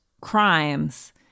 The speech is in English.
crimes